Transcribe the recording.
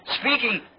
speaking